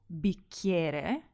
bicchiere